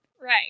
right